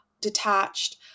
detached